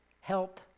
Help